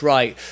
Right